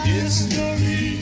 History